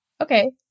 Okay